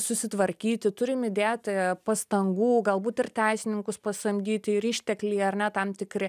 susitvarkyti turim įdėti pastangų galbūt ir teisininkus pasamdyti ir ištekliai ar ne tam tikri